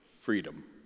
freedom